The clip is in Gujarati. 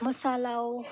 મસાલાઓ